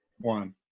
one